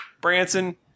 Branson